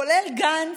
כולל גנץ,